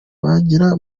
bagira